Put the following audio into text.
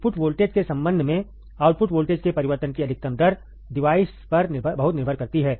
input voltage के संबंध में आउटपुट वोल्टेज के परिवर्तन की अधिकतम दर डिवाइस पर बहुत निर्भर करती है